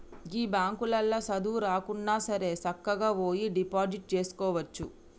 గీ బాంకులల్ల సదువు రాకున్నాసరే సక్కగవోయి డిపాజిట్ జేసుకోవచ్చు